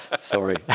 sorry